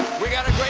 we've got a